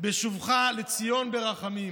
"בשובך לציון ברחמים".